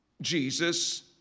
Jesus